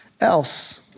else